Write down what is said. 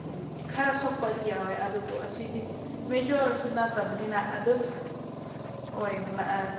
ꯈꯔ ꯁꯣꯛꯄꯗꯤ ꯌꯥꯎꯏ ꯑꯗꯨꯕꯨ ꯑꯁꯤꯗꯤ ꯃꯦꯖꯣꯔꯁꯨ ꯅꯠꯇꯕꯅꯤꯅ ꯑꯗꯨꯝ ꯍꯣꯏ